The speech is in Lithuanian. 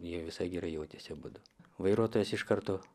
jie visai gerai jautėsi abudu vairuotojas iš karto